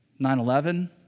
9-11